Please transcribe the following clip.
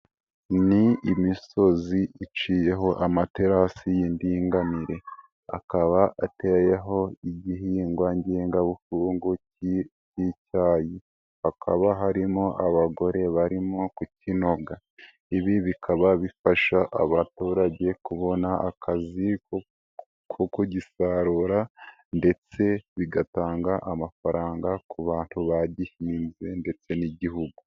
Ni imisozi iciyeho amaterasi y'indinganire, akaba ateyeho igihingwa ngengabukungu k'icyayi hakaba harimo abagore barimo kukinoga. Ibi bikaba bifasha abaturage kubona akazi ko kugisarura ndetse bigatanga amafaranga ku bantu bagihinze ndetse n'igihugu.